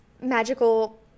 magical